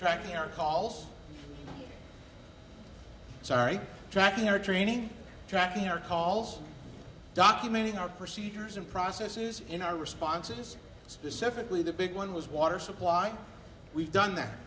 tracking our calls sorry tracking or training tracking our calls documenting our procedures and processes in our responses specifically the big one was water supply we've done that